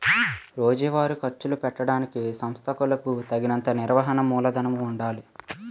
రోజువారీ ఖర్చులు పెట్టడానికి సంస్థలకులకు తగినంత నిర్వహణ మూలధనము ఉండాలి